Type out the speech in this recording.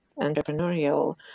entrepreneurial